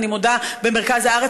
במרכז הארץ,